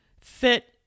fit